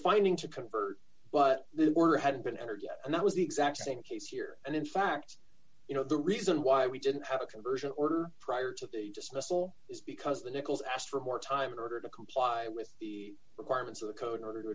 finding to convert but there were hadn't been entered yet and that was the exact same case here and in fact you know the reason why we didn't have a conversion order prior to the just muscle is because the nichols asked for more time in order to comply with the requirements of the code in order to